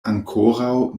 ankoraŭ